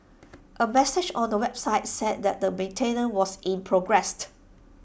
A message on the website said that maintenance was in progressed